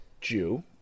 Jew